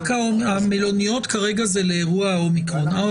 המלוניות כרגע לאירוע ה-אומיקרון.